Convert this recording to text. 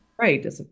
right